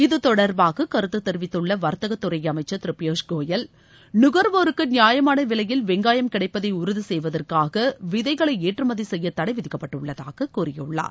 இது தொடர்பாக கருத்து தெரிவித்துள்ள வர்த்தகத்துறை அமைச்சர் திரு பியூஷ் கோயல் நுகர்வோருக்கு நியாயமான விலையில் வெங்காயம் கிடைப்பதை உறுதி செய்வதற்காக விதைகளை ஏற்றுமதி செய்ய தடை விதிக்கப்பட்டுள்ளதாக கூறியுள்ளார்